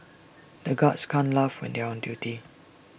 the guards can't laugh when they are on duty